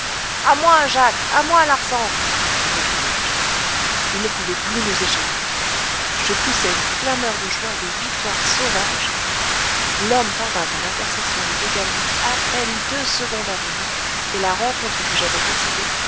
à moi jacques à moi larsan m'écriai-je il ne pouvait plus nous échapper je poussai une clameur de joie de victoire sauvage l'homme parvint à l'intersection des deux galeries à peine deux secondes avant nous et la rencontre que j'avais décidée